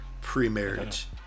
pre-marriage